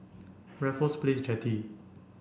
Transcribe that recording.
Raffles Place Jetty